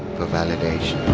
for validation.